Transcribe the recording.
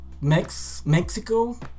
Mexico